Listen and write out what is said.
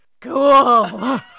cool